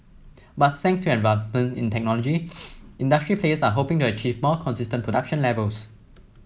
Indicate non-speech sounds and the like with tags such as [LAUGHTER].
but thanks to [UNINTELLIGIBLE] advancement in technology [NOISE] industry players are hoping to achieve more consistent production levels